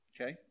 Okay